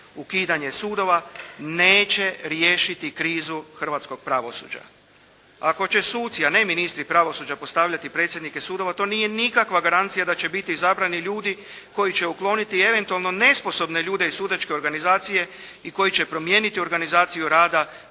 ukidanje sudova neće riješiti krizu hrvatskog pravosuđa. Ako će suci, a ne ministri pravosuđa postavljati predsjednike sudova, to nije nikakva garancija da će biti izabrani ljudi koji će ukloniti eventualno nesposobne ljude iz sudačke organizacije i koji će promijeniti organizaciju rada